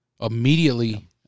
Immediately